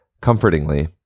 comfortingly